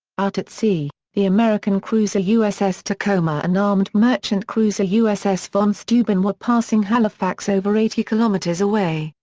out at sea, the american cruiser uss tacoma and armed merchant cruiser uss von steuben were passing halifax over eighty kilometres away,